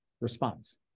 response